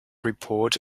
report